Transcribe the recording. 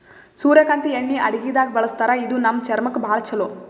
ಸೂರ್ಯಕಾಂತಿ ಎಣ್ಣಿ ಅಡಗಿದಾಗ್ ಬಳಸ್ತಾರ ಇದು ನಮ್ ಚರ್ಮಕ್ಕ್ ಭಾಳ್ ಛಲೋ